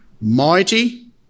mighty